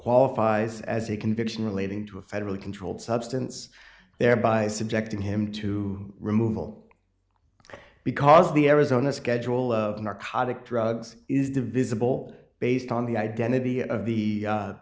qualifies as a conviction relating to a federally controlled substance there by subjecting him to removal because the arizona schedule of narcotic drugs is divisible based on the identity of the